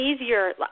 easier